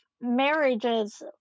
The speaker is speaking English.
marriages